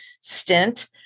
stint